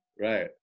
Right